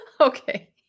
Okay